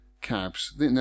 cabs